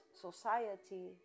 society